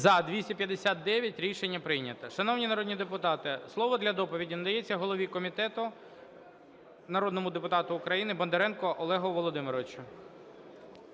За-259 Рішення прийнято. Шановні народні депутати, слово для доповіді надається голові комітету народному депутату України Бондаренку Олегу Володимировичу.